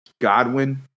Godwin